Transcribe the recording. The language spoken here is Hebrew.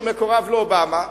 שמקורב לאובמה,